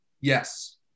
Yes